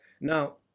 Now